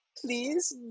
please